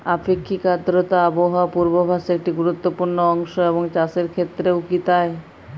আপেক্ষিক আর্দ্রতা আবহাওয়া পূর্বভাসে একটি গুরুত্বপূর্ণ অংশ এবং চাষের ক্ষেত্রেও কি তাই?